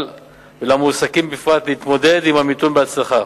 ולמועסקים בפרט להתמודד עם המיתון בהצלחה.